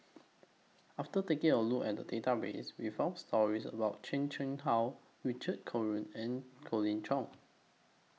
after taking A Look At The Database We found stories about Chan Chang How Richard Corridon and Colin Cheong